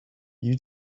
you